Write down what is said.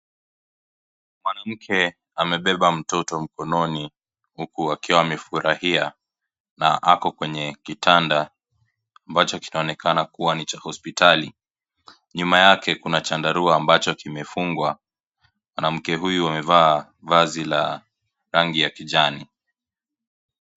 Mwanamke amebeba mtoto mkononi huku akiwa amefurahia na ako kwenye kitanda ambacho kinaonekana kuwa ni cha hospitali, nyuma yake kuna chandarua ambacho kimefungwa, mwanamke huyu amevaa vazi la rangi ya kijani.